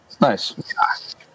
nice